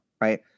right